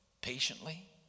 patiently